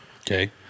Okay